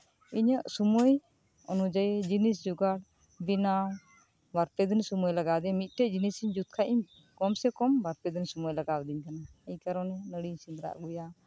ᱤᱧᱟᱹᱜ ᱥᱚᱢᱚᱭ ᱚᱱᱩᱡᱟᱭᱤ ᱡᱤᱱᱤᱥ ᱡᱚᱜᱟᱲ ᱵᱮᱱᱟᱣ ᱵᱟᱨ ᱯᱮ ᱫᱤᱱ ᱥᱚᱢᱚᱭ ᱞᱟᱜᱟᱣ ᱤᱫᱤᱧᱟ ᱢᱤᱫᱴᱮᱱ ᱡᱤᱱᱤᱥ ᱤᱧ ᱡᱩᱛ ᱠᱷᱟᱱ ᱠᱚᱢ ᱥᱮ ᱠᱚᱢ ᱵᱟᱨᱯᱮ ᱫᱤᱱ ᱥᱚᱢᱚᱭ ᱞᱟᱜᱟᱣ ᱤᱧ ᱠᱟᱱᱟ ᱮᱭ ᱠᱟᱨᱚᱱᱮ ᱱᱟᱹᱲᱤᱧ ᱥᱮᱸᱫᱽᱨᱟ ᱟᱹᱜᱩᱭᱟ